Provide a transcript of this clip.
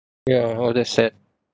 yeah oh that's sad